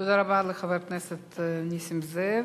תודה רבה לחבר הכנסת נסים זאב.